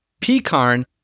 PCARN